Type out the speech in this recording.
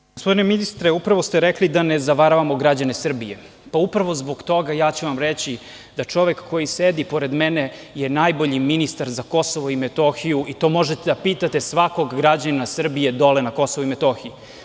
Dame i gospodo narodni poslanici, upravo ste rekli da ne zavaramo građane Srbije i upravo zbog toga, ja ću vam reći da čovek koji sedi pored mene je najbolji ministar za Kosovo i Metohiju i to možete da pitate svakog građanina Srbije dole na Kosovu i Metohiji.